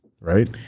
right